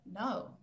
no